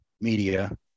media